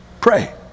pray